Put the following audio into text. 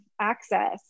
access